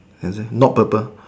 can say not purple